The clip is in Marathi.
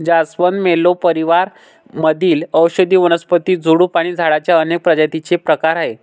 जास्वंद, मल्लो परिवार मधील औषधी वनस्पती, झुडूप आणि झाडांच्या अनेक प्रजातींचे प्रकार आहे